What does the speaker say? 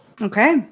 Okay